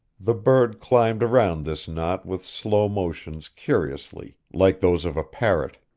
the bird climbed around this knot with slow motions curiously like those of a parrot.